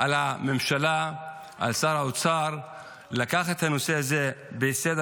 שעל הממשלה ועל שר האוצר לקחת את הנושא הזה בסדר